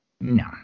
No